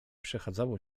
przechadzało